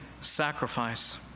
sacrifice